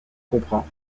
comprend